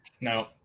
No